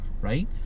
right